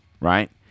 right